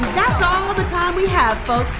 that's all the time we have, folks.